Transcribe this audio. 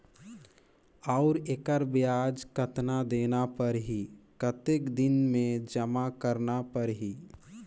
और एकर ब्याज कतना देना परही कतेक दिन मे जमा करना परही??